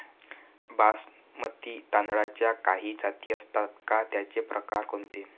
बासमती तांदळाच्या काही जाती असतात का, त्याचे प्रकार कोणते?